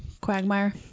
quagmire